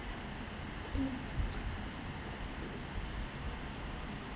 mm